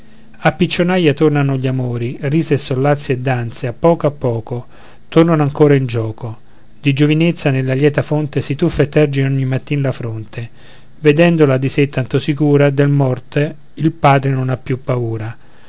a piccionaia tornano gli amori risa e sollazzi e danze a poco a poco tornano ancora in gioco di giovinezza nella lieta fonte si tuffa e terge ogni mattin la fronte vedendola di sé tanto sicura del morto il padre non ha più paura